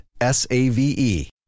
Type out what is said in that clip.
S-A-V-E